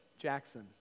Jackson